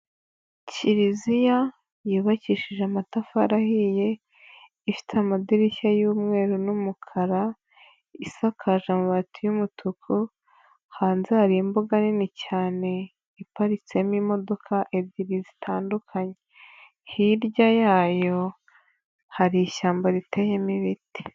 Kiriziya yubakishije amatafari ahiye, ifite amadirishya y'umweru n'umukara, isakaje amabati y'umutuku, hanze hari imbuga nini cyane iparitsemo imodoka ebyiri zitandukanye. Hirya yayo hari ishyamba riteyemo ibiti.